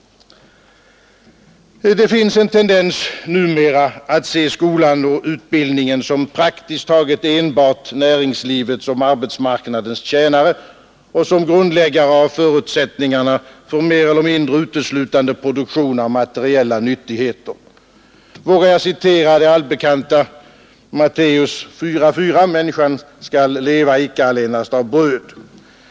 Det finns en tendens, numera, att se skolan och utbildningen som praktiskt taget enbart näringslivets och arbetsmarknadens tjänare och som grundläggare av förutsättningarna för mer eller mindre uteslutande produktion av materiella nyttigheter. Vågar jag citera det allbekanta Matteus 4:4: Människan skall leva icke allenast av bröd?